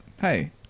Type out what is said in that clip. hey